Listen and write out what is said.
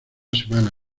semana